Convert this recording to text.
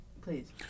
Please